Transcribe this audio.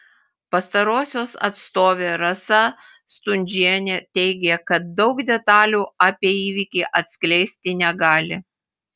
pastarosios atstovė rasa stundžienė teigė kad daug detalių apie įvykį atskleisti negali